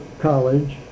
college